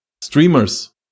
streamers